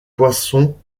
poinçons